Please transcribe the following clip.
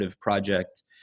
project